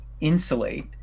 insulate